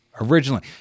originally